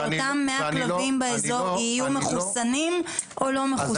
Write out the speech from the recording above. שאותם 100 כלבים באזור יהיו מחוסנים או לא מחוסנים?